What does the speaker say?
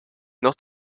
not